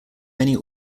many